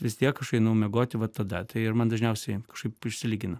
vis tiek aš einu miegoti va tada tai ir man dažniausiai kažkaip išsilygina